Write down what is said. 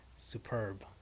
Superb